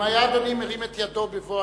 אם אדוני היה מרים את ידו במועד,